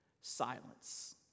silence